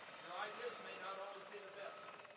your ideas may not always be the best.